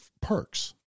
perks